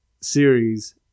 series